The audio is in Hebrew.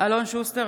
אלון שוסטר,